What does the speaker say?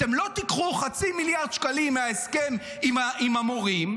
אתם לא תיקחו חצי מיליארד שקלים מההסכם עם המורים,